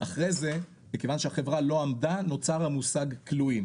אחרי זה מכיוון שהחברה ללא עמדה נוצר המושג כלואים,